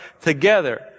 together